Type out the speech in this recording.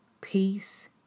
peace